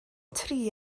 tri